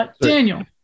Daniel